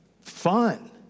fun